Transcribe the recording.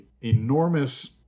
enormous